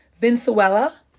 Venezuela